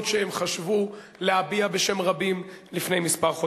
שהם חשבו להביע בשם רבים לפני חודשים מספר.